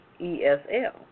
ESL